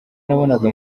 nabonaga